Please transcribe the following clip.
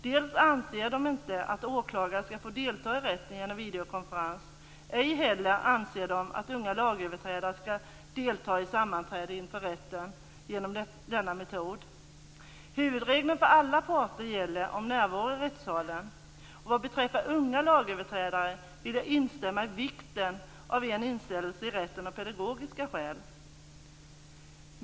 Dels anser de inte att åklagaren skall få delta i rätten genom videokonferens, dels anser de att unga lagöverträdare inte skall delta i sammanträde inför rätten genom denna metod. Huvudregeln för alla parter är närvaro i rättssalen. Vad beträffar unga lagöverträdare vill jag instämma i vikten av inställelse i rätten av pedagogiska skäl.